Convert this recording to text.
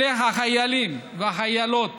אלה חיילים וחיילות